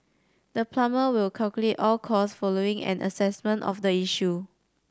the plumber will calculate all costs following an assessment of the issue